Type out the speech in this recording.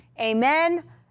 amen